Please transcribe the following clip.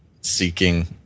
seeking